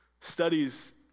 Studies